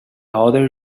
other